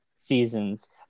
Seasons